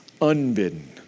unbidden